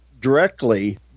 directly